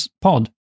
pod